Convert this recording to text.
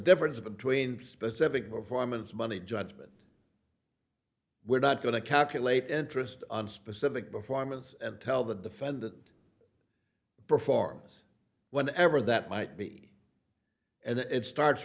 difference between specific performance money judgment we're not going to calculate interest on specific before imus and tell the defendant performance whenever that might be and it starts